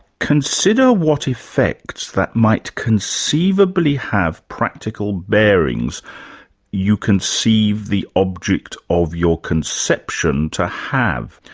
consider what effects that might conceivably have practical bearings you conceive the object of your conception to have.